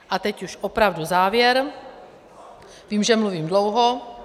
A teď už opravdu závěr, vím, že mluvím dlouho.